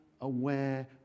aware